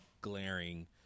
glaring